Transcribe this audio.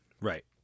Right